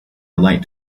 light